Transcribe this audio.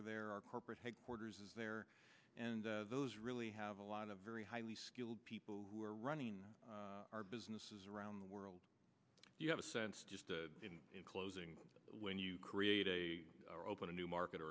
are there our corporate headquarters is there and those really have a lot of very highly skilled people who are running our businesses around the world you have a sense just in closing when you create a or open a new market